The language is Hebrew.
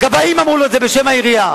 הגבאים אמרו לו את זה, בשם העירייה.